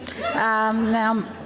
Now